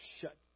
shut